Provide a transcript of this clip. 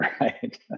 Right